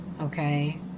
Okay